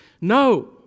No